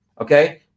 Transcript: okay